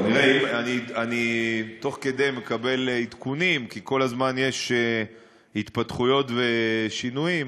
אני תוך כדי מקבל עדכונים כי כל הזמן יש התפתחויות ושינויים.